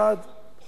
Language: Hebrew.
אף אחד לא בא,